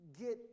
get